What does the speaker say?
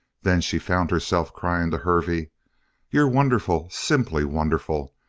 then she found herself crying to hervey you're wonderful! simply wonderful!